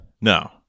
No